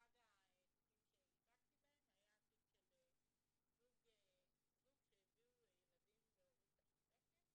אחד התיקים שייצגתי בהם היה תיק של זוג שהביאו ילדים בהורות משותפת